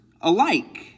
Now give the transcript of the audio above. alike